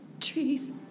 trees